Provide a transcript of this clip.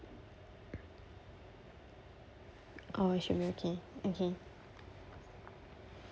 oh should be okay okay